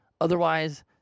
Otherwise